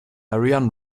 ariane